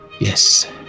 Yes